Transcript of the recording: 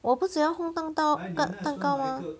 我不只要烘蛋糕蛋蛋糕 mah